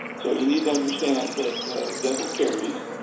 so you need to understand that dental caries,